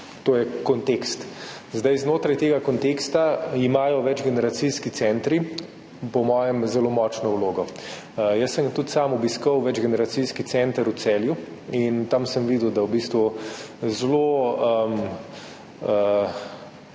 To je kontekst. Znotraj tega konteksta imajo večgeneracijski centri po mojem zelo močno vlogo. Tudi sam sem obiskal večgeneracijski center v Celju in tam sem videl, da v bistvu zelo